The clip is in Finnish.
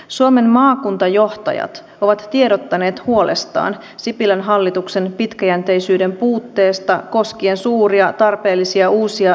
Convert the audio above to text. suomen maakuntajohtajat ovat tiedottaneet huolestaan sipilän hallituksen pitkäjänteisyyden puutteesta koskien suuria tarpeellisia uusia liikenneinvestointeja